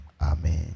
Amen